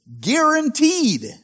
guaranteed